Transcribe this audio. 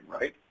right